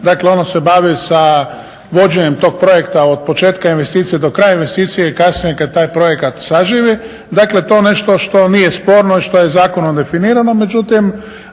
Dakle ono se bavi sa vođenjem tog projekta od početka investicije do kraja investicije i kasnije kad taj projekat saživi, dakle to nešto što nije sporno i što je zakonom definirano.